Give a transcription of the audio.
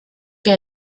que